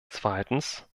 zweitens